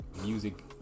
music